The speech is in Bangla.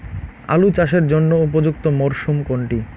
আলু চাষের জন্য উপযুক্ত মরশুম কোনটি?